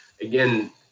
again